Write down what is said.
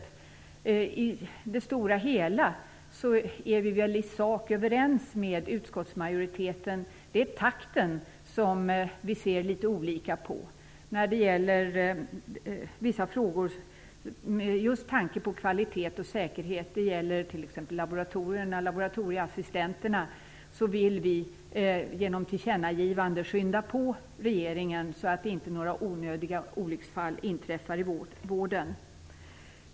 På det stora hela är vi i sak överens med utskottsmajoriteten. Det är takten som vi ser litet olika på när det gäller vissa frågor just med tanke på kvalitet och säkerhet. Det gäller t.ex. laboratorierna och laboratorieassistenterna. Vi vill genom ett tillkännagivande skynda på regeringen så att inte några onödiga olycksfall inträffar i vården.